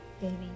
baby